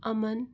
अमन